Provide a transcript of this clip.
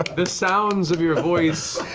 the sounds of your voice,